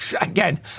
again